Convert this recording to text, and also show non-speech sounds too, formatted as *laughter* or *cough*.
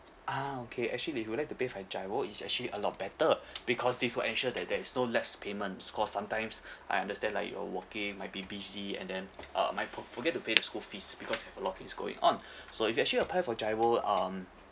ah okay actually if you would like to pay by GIRO it's actually a lot better *breath* because default ensure that there is no lapse payments cause sometimes *breath* I understand like you're working might be busy and then uh might fo~ forget to pay *noise* the school fees because you've a lot of things going on *breath* so if you actually apply for GIRO um